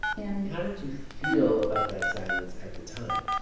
and. how did you feel about that silence at the time?